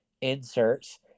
inserts